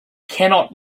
cannot